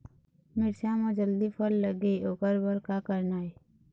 मिरचा म जल्दी फल लगे ओकर बर का करना ये?